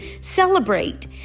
celebrate